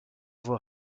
voix